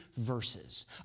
verses